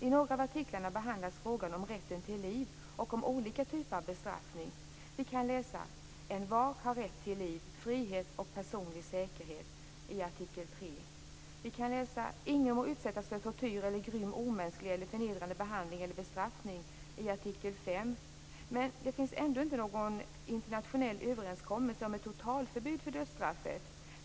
I några av artiklarna behandlas frågan om rätten till liv och olika typer av bestraffning. Vi kan läsa att envar har rätt till liv, frihet och personlig säkerhet i artikel 3. Vi kan läsa att ingen må utsättas för tortyr eller grym, omänsklig eller förnedrande behandling eller bestraffning i artikel 5. Men det finns ännu inte någon internationell överenskommelse om ett totalförbud för dödsstraff.